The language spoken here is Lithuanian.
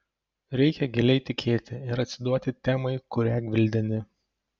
reikia giliai tikėti ir atsiduoti temai kurią gvildeni